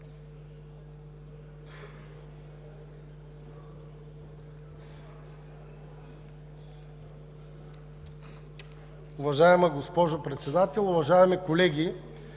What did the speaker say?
Уважаема госпожо Председател, уважаеми колеги!